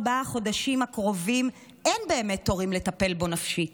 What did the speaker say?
ארבעת החודשים הקרובים אין באמת תורים לטפל בו נפשית,